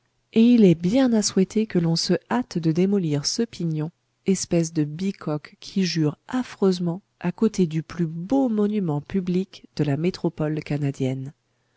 et il est bien à souhaiter que l'on se hâte de démolir ce pignon espèce de bicoque qui jure affreusement à côté du plus beau monument public de la métropole canadienne